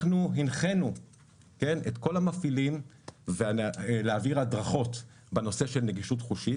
אנחנו הנחינו את כל המפעילים להעביר הדרכות בנושא של נגישות חושית.